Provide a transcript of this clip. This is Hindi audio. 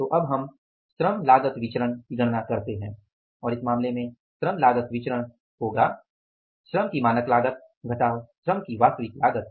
तो अब हम एलसीवी श्रम लागत विचरण की गणना करते हैं और इस मामले में श्रम लागत विचरण श्रम होगा श्रम की मानक लागत घटाव श्रम की वास्तविक लागत